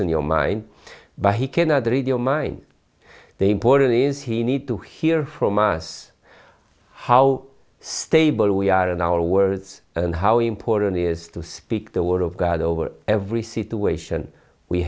in your mind but he cannot read your mind the important is he need to hear from us how stable we are in our words and how important is to speak the word of god over every situation we